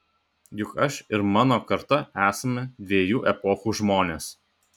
juk aš ir mano karta esame dviejų epochų žmonės